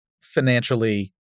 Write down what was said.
financially